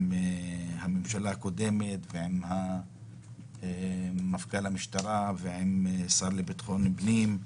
עם הממשלה הקודמת ועם מפכ"ל המשטרה ועם השר לביטחון פנים,